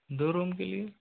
दो रूम के लिए